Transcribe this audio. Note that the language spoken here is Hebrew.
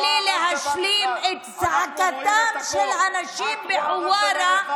תן לי להשלים את זעקתם של אנשים בחווארה.